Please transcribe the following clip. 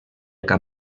cap